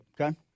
Okay